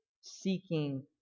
seeking